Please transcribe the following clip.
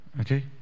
okay